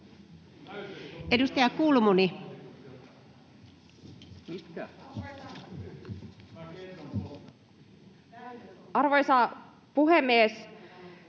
Edustaja Junnila. Arvoisa puhemies!